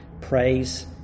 Praise